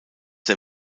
der